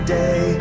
day